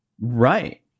right